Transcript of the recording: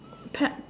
pet